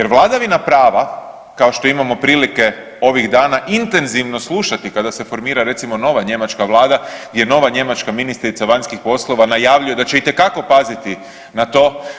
Jer vladavina prava kao što imamo prilike ovih dana intenzivno slušati kada se formira recimo nova Njemačka Vlada, jer nova Njemačka ministrica vanjskih poslova najavljuje da će itekako paziti na to.